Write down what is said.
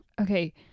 Okay